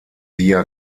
via